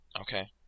Okay